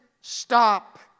stop